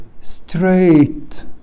straight